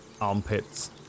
armpits